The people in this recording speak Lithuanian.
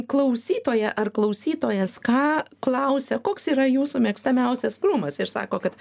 klausytoja ar klausytojas ką klausia koks yra jūsų mėgstamiausias krūmas ir sako kad